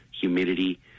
humidity